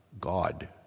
God